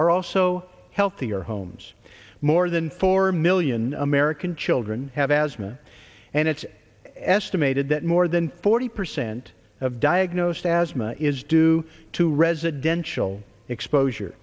are also healthier homes more than four million american children have asthma and it's estimated that more than forty percent of diagnosed as much is due to residential exposure